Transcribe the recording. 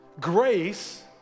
Grace